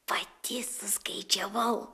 pati suskaičiavau